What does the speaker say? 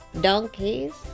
Donkeys